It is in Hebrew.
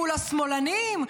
מול השמאלנים.